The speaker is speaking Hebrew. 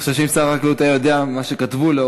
אני חושב שאם שר החקלאות היה יודע מה שכתבו לו,